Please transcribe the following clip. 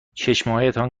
چشمهایتان